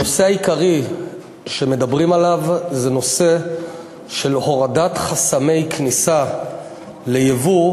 הנושא העיקרי שמדברים עליו זה נושא של הורדת חסמי כניסה ליבוא,